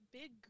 big